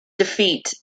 defeat